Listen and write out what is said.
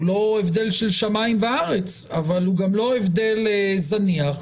לא הבדל של שמיים וארץ אבל הוא גם לא הבדל זניח,